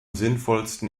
sinnvollsten